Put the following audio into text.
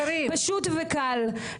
פשוט וקל.